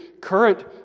current